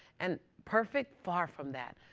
and perfect? far from that.